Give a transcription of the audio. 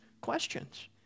questions